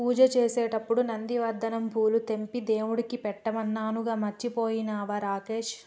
పూజ చేసేటప్పుడు నందివర్ధనం పూలు తెంపి దేవుడికి పెట్టమన్నానుగా మర్చిపోయినవా రాకేష్